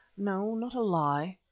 no not a lie,